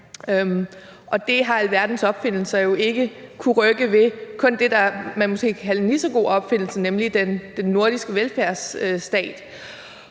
Det har alverdens opfindelser jo ikke kunnet rykke ved med undtagelse af det, man måske kunne kalde en lige så god opfindelse, nemlig den nordiske velfærdsstat.